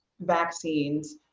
vaccines